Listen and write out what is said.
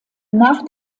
nach